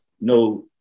no